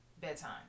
bedtime